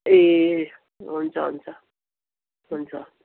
ए हुन्छ हुन्छ हुन्छ